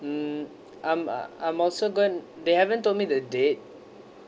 mm I'm ah I'm also gone they haven't told me the date